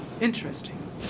Interesting